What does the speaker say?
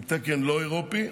עם תקן לא אירופי,